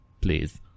Please